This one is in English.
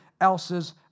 else's